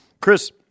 Chris